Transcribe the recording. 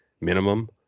minimum